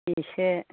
बिसो